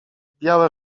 białe